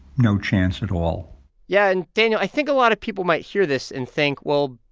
no chance at all yeah. and daniel, i think a lot of people might hear this and think, well,